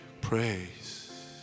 Praise